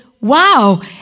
Wow